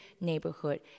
neighborhood